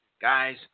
guys